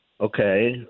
Okay